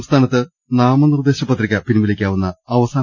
സംസ്ഥാനത്ത് നാമനിർദ്ദേശ പത്രിക പിൻവലിക്കാവുന്ന അവസാന